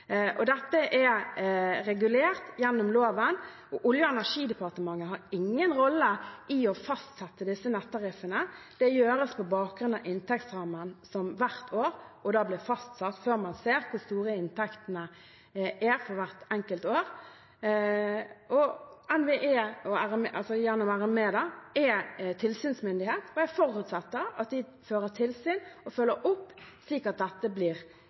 Dette er regulert gjennom loven, og Olje- og energidepartementet har ingen rolle i å fastsette disse nettariffene. Det gjøres på bakgrunn av inntektsrammen for hvert år, som blir fastsatt før man ser hvor store inntektene er for hvert enkelt år. NVE, gjennom RME, er tilsynsmyndighet, og jeg forutsetter at de fører tilsyn og følger opp, slik at dette blir